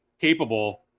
Capable